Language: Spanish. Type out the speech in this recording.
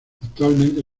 actualmente